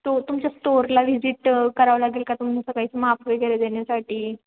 टो तुमच्या स्टोरला व्हिजिट करावं लागेल का तुम्ही असं काही माप वगैरे देण्यासाठी